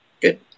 Good